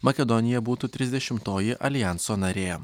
makedonija būtų trisdešimtoji aljanso narė